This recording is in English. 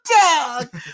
dog